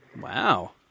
Wow